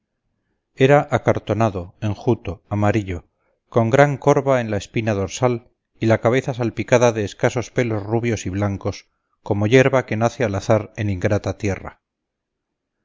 era acartonado enjuto amarillo con gran corva en la espina dorsal y la cabeza salpicada de escasos pelos rubios y blancos como yerba que nace al azar en ingrata tierra